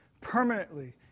permanently